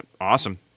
awesome